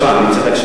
אני צריך הקשבה.